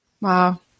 Wow